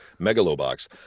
Megalobox